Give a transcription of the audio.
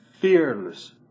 fearless